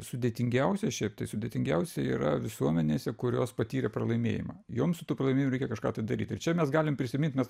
sudėtingiausia šiaip tai sudėtingiausia yra visuomenėse kurios patyrė pralaimėjimą joms su tuo pralaimėjimu reikia kažką tai daryt ir čia mes galim prisimint nes